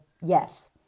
yes